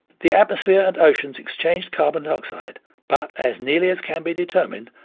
the atmosphere and oceans exchanged carbon dioxide but, as nearly as can be determined,